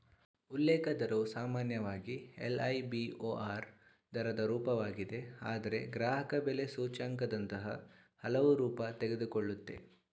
ಉಲ್ಲೇಖ ದರವು ಸಾಮಾನ್ಯವಾಗಿ ಎಲ್.ಐ.ಬಿ.ಓ.ಆರ್ ದರದ ರೂಪವಾಗಿದೆ ಆದ್ರೆ ಗ್ರಾಹಕಬೆಲೆ ಸೂಚ್ಯಂಕದಂತಹ ಹಲವು ರೂಪ ತೆಗೆದುಕೊಳ್ಳುತ್ತೆ